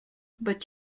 but